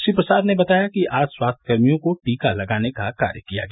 श्री प्रसाद ने बताया कि आज स्वास्थ्यकर्मियों को टीका लगाने का कार्य किया गया